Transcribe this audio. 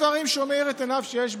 ויש דברים שבהם הוא מאיר את עיניו שיש בעיה,